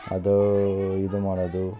ಅದು ಇದು ಮಾಡೊದು